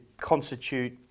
constitute